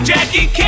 Jackie